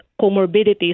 comorbidities